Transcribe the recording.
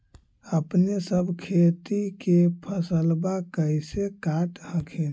अपने सब खेती के फसलबा कैसे काट हखिन?